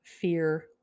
fear